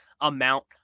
amount